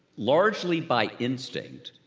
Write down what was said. largely by instinct,